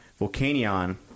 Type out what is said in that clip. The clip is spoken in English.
Volcanion